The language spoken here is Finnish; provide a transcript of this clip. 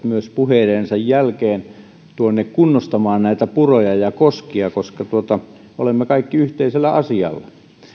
myös lähtevät puheidensa jälkeen kunnostamaan näitä puroja ja koskia koska olemme kaikki yhteisellä asialla